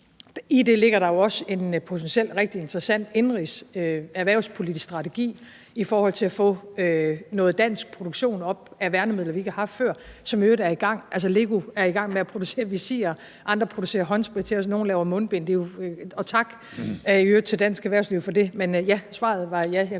I det ligger der jo også en potentielt rigtig interessant indenrigs- og erhvervspolitisk strategi i forhold til at få noget dansk produktion op af værnemidler, vi ikke har haft før, og som i øvrigt er i gang. LEGO er i gang med at producere visirer, andre producerer håndsprit til os, nogle laver mundbind. Og tak i øvrigt til dansk erhvervsliv for det. Men ja, svaret var ja.